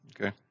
Okay